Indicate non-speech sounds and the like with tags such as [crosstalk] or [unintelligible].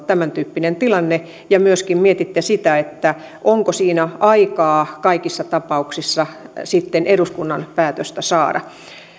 [unintelligible] tämäntyyppinen tilanne voisi eskaloitua ja myöskin mietitte sitä onko siinä aikaa kaikissa tapauksissa sitten eduskunnan päätöstä saada